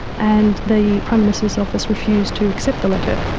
and the prime minister's office refused to accept the letter.